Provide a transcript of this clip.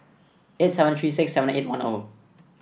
eight seven three six seven eight one O